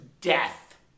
death